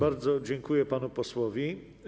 Bardzo dziękuję panu posłowi.